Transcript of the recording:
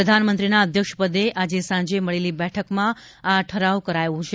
પ્રધાનમંત્રીના અધ્યક્ષપદે આજે સાંજે મળેલી બેઠકમાં આ ઠરાવ કરાયો છે